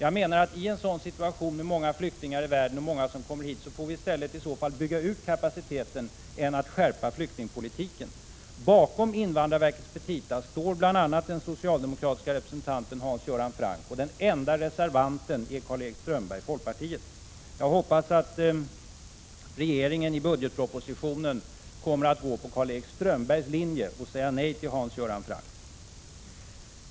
I en situation med många flyktingar i världen och många som kommer hit får vi i så fall bygga ut kapaciteten i stället för att skärpa flyktingpolitiken. Bakom invandrarverkets petita står bl.a. den socialdemokratiska representanten Hans Göran Franck. Den enda reservanten är Karl-Erik Strömberg, folkpartiet. Jag hoppas att regeringen i budgetpropositionen kommer att gå på Karl-Erik Strömbergs linje och säga nej till Hans Göran Franck.